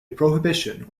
prohibition